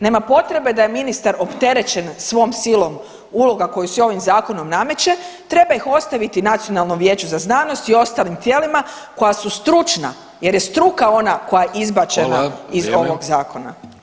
Nema potrebe da je ministar opterećen svom silom uloga koje si ovim zakonom nameće, treba ih ostaviti Nacionalnom vijeću za znanosti i ostalim tijelima koja su stručna jer je struka ona koja je izbačena [[Upadica Reiner: Hvala, vrijeme.]] iz ovog zakona.